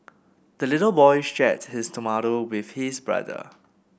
the little boy shared his tomato with his brother